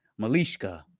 Malishka